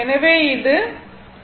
எனவே இது 43